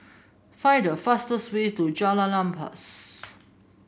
find the fastest way to Jalan Ampas